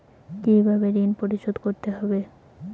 কিভাবে ঋণ পরিশোধ করতে হবে?